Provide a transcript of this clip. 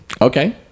Okay